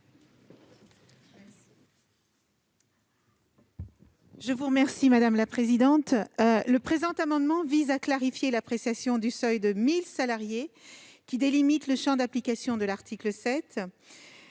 est à Mme la ministre déléguée. Le présent amendement vise à clarifier l'appréciation du seuil de 1 000 salariés qui délimite le champ d'application de l'article 7.